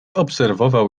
obserwował